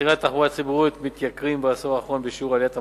מחירי התחבורה הציבורית מתייקרים בעשור האחרון בשיעור עליית המדד,